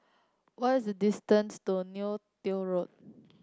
where is the distance to Neo Tiew Road